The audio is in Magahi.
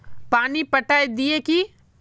पानी पटाय दिये की?